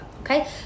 okay